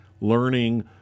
learning